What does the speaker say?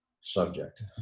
subject